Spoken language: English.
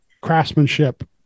craftsmanship